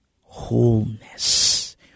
wholeness